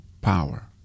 power